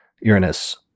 Uranus